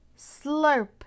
slurp